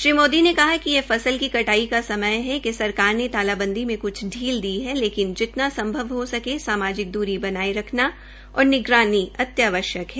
श्री मोदी ने कहा कि ये फसल की कटाई का समय है कि सरकार ने तालाबंदी में कुछ ढील दी है लेकिन जिनता संभव हो सके सामाजिक दूरी बनाये रखा और निगरानी अत्यावश्यक है